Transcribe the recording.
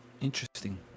Interesting